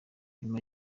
nyuma